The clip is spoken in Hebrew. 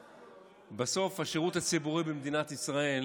בסוף, השירות הציבורי במדינת ישראל